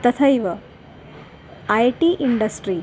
तथैव I T industry